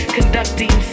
Conducting